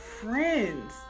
friends